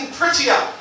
prettier